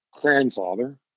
grandfather